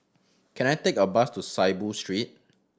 can I take a bus to Saiboo Street